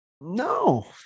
No